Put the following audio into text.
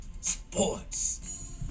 Sports